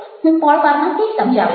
હું પળવારમાં તે સમજાવીશ